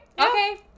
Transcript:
okay